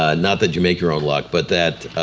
ah not that you make your own luck but that.